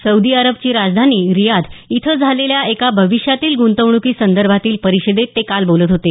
Saudi अरबची राजधानी Riyadh इथं झालेल्या एका भाविष्यातील गुंतवणुकीसंदर्भातील परिषदेत ते काल बोलत होते